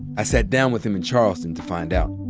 i sat down with him in charleston to find out.